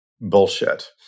bullshit